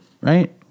right